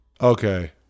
Okay